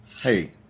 Hey